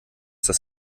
das